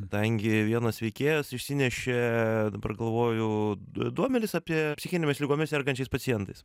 kadangi vienas veikėjas išsinešė dabar galvoju duomenis apie psichinėmis ligomis sergančiais pacientais